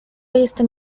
jestem